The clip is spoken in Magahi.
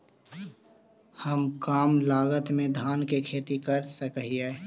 हम कम लागत में धान के खेती कर सकहिय?